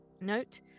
note